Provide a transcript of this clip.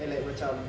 and like macam